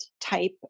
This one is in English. type